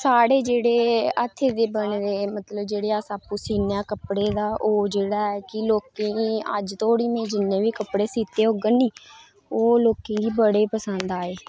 साढ़े जेह्ड़े हत्थै दे बने दे मतलब जेह्ड़े अस आक्खने उसी इं'या कपड़े दा ओह् जेह्ड़ा ऐ कि लोकें गी अज्ज धोड़ी में जिन्ने बी कपड़े सीत्ते होङन नी ओह् लोकेंगी बड़े पसंद आए